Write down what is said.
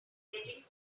getting